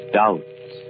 doubts